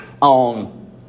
on